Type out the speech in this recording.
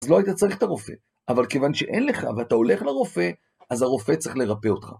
אז לא היית צריך את הרופא, אבל כיוון שאין לך ואתה הולך לרופא אז הרופא צריך לרפא אותך.